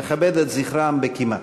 נכבד את זכרם בקימה.